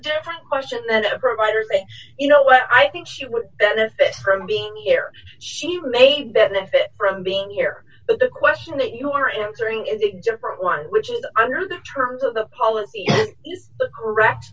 different question that providers you know what i think she would benefit from being here she may benefit from being here but the question that you are answering is a different one which is under the terms of the policy is the correct